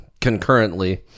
concurrently